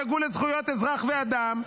פעם אחת תדאגו לזכויות אזרח ואדם.